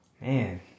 Man